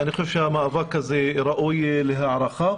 המאבק הזה ראוי להערכה.